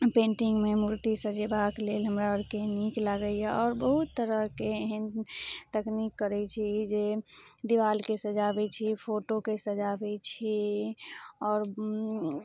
पेन्टिंगमे मूर्ति सजेबाक लेल हमरा अरके नीक लागइए आओर बहुत तरहके एहन तकनीक करय छी जे देवालके सजाबय छी फोटोके सजाबय छी और